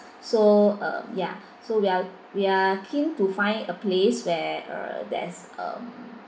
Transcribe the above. so uh ya so we are we are keen to find a place where uh there's um